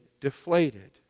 deflated